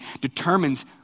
determines